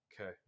Okay